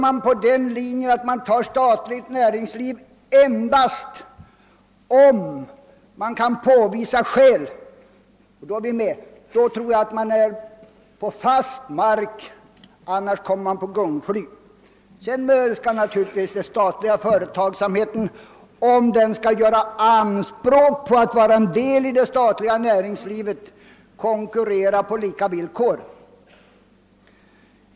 Accepterar man statlig företagsamhet endast i de fall där goda skäl kan anföras för den, är vi med. Då står man på fast mark; annars hamnar man på ett gungfly. Den statliga företagsamheten skall naturligtvis, om den vill göra anspråk på att vara en del av näringslivet, konkurrera på lika villkor.